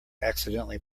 accidentally